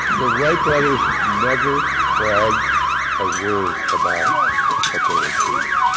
the wright brothers never bragged a word about what they achieved.